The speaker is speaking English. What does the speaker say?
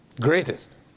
greatest